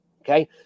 Okay